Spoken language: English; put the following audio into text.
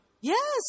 Yes